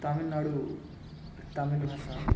ତାମିଲନାଡ଼ୁ ତାମିଲ ଭାଷା